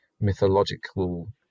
mythological